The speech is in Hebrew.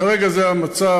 כרגע זה המצב.